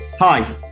Hi